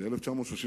ב-1935